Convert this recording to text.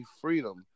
freedom